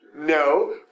No